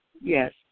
yes